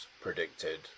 predicted